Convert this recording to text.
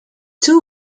two